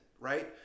right